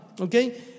okay